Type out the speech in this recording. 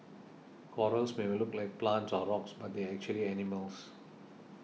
corals may look like plants or rocks but they are actually animals